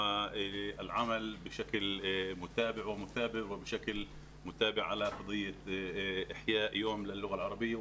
ועל העבודה באופן ממושך ועקבי להקמת יום השפה הערבית,